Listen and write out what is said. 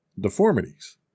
deformities